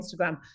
Instagram